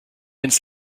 ins